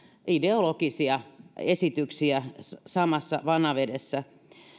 ideologisia esityksiä samassa vanavedessä